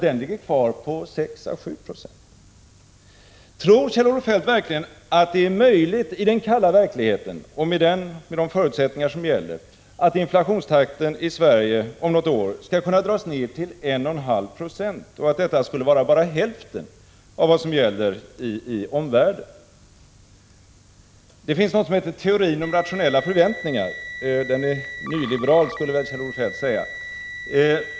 Den ligger kvar på 6 å7 20. Tror Kjell-Olof Feldt verkligen att det i den kalla verkligheten, med de förutsättningar som gäller, är möjligt att inflationstakten i Sverige om något år skall kunna dras ned till 1,5 92 och att detta skulle vara bara hälften av vad som gäller för omvärlden? Det finns något som heter teorin om nationella förväntningar. Den är nyliberal, skulle väl Kjell-Olof Feldt säga.